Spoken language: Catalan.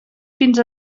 fins